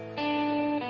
a